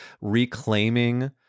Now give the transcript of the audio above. reclaiming